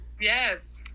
yes